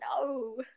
No